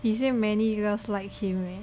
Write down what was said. he say many girls like him leh